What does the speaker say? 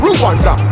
Rwanda